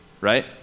right